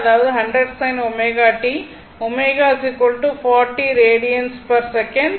அதாவது 100 sin ω t ω 40 radian per second